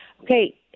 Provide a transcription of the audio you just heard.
Okay